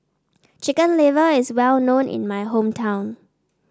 Chicken Liver is well known in my hometown